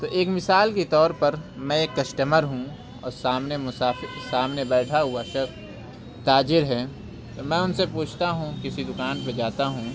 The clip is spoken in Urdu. تو ایک مثال کے طور پر میں ایک کسٹمر ہوں اور سامنے مسافر سامنے بیٹھا ہوا شخص تاجر ہے میں ان سے پوچھتا ہوں کسی دکان پہ جاتا ہوں